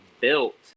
built